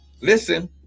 listen